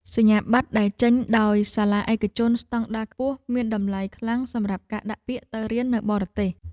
សញ្ញាបត្រដែលចេញដោយសាលាឯកជនស្តង់ដារខ្ពស់មានតម្លៃខ្លាំងសម្រាប់ការដាក់ពាក្យទៅរៀននៅបរទេស។